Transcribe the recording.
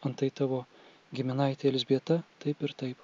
antai tavo giminaitė elzbieta taip ir taip